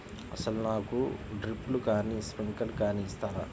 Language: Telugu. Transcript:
అసలు నాకు డ్రిప్లు కానీ స్ప్రింక్లర్ కానీ ఇస్తారా?